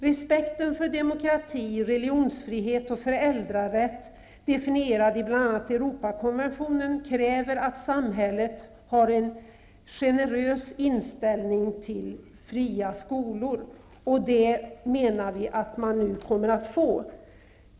Respekten för demokrati, religionsfrihet och föräldrarätt, definierad i bl.a. Europakonventionen, kräver att samhället har en generös inställning till fria skolor. Vi menar att vi nu kommer att få det.